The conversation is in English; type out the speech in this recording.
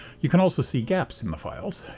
you can also see gaps in the files.